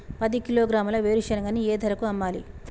పది కిలోగ్రాముల వేరుశనగని ఏ ధరకు అమ్మాలి?